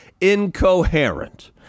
incoherent